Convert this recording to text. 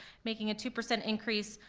making a two percent increase.